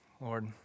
Lord